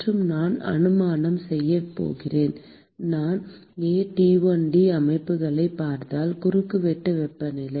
மற்றும் நான் ஒரு அனுமானம் செய்ய போகிறேன் நான் aT1D அமைப்புகளைப் பார்ப்பதால் குறுக்குவெட்டு வெப்பநிலை